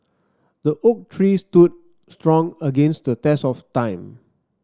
the oak tree stood strong against the test of time